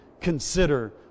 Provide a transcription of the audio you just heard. consider